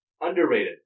Underrated